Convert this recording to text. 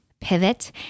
pivot